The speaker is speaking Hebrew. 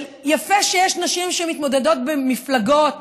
יפה שיש נשים שמתמודדות במפלגות,